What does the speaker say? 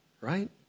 right